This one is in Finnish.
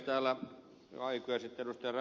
täällä jo aikoja sitten ed